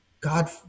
God